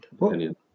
opinion